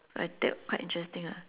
like that quite interesting lah